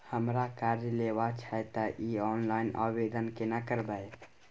हमरा कर्ज लेबा छै त इ ऑनलाइन आवेदन केना करबै?